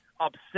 upset